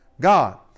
God